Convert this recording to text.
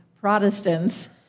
Protestants